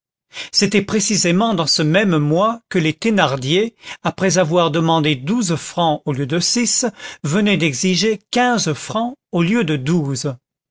c'était précisément dans ce même mois que les thénardier après avoir demandé douze francs au lieu de six venaient d'exiger quinze francs au lieu de douze